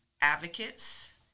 advocates